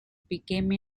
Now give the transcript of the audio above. became